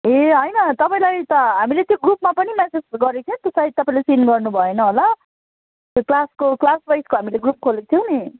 ए होइन तपाईँलाई त हामीले त्यो ग्रुपमा पनि मेसेज गरेको थियो त्यो सायद तपाईँले सिन गर्नुभएन होला त्यो क्लासको क्लासवाइजको हामीले ग्रुप खोलेको थियो नि